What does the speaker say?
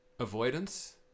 Avoidance